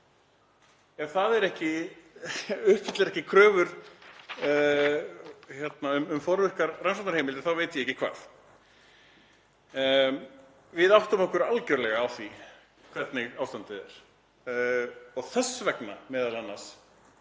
Ef það uppfyllir ekki kröfur um forvirkar rannsóknarheimildir þá veit ég ekki hvað. Við áttum okkur algjörlega á því hvernig ástandið er og þess vegna m.a. erum